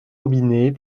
robinet